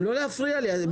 מילוא, לא להפריע לי.